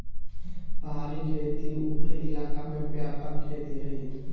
पहाड़ी खेती उपरी इलाका में व्यापक खेती हइ